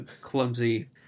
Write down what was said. clumsy